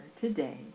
today